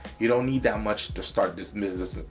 you don't need that much to start this business,